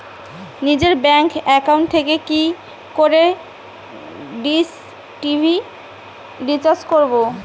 নিজের bank account থেকে কি করে ডিশ টি.ভি রিচার্জ করবো?